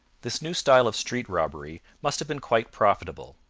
this new style of street robbery must have been quite profitable,